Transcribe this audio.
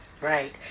Right